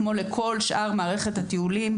כמו לכל שאר מערכת הטיולים,